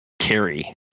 carry